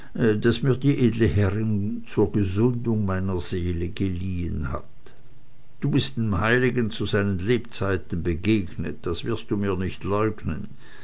das mir die edle herrin zur gesundung meiner seele geliehen hat du bist dem heiligen zu seinen lebzeiten begegnet das wirst du mir nicht leugnen